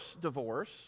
divorce